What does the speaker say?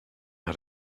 how